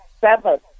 seven